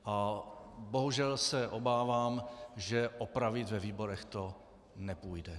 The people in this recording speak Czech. A bohužel se obávám, že opravit ve výborech to nepůjde.